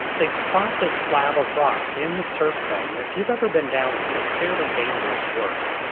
they spot this slab of rock in the surf zone, and if you've ever been down there it's fairly dangerous work.